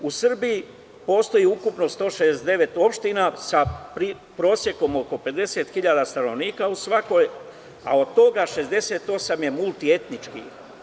U Srbiji postoji ukupno 169 opština sa prosekom oko 50.000 stanovnika u svakoj, a od toga 68 je multietnički.